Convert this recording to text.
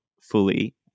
fully